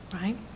right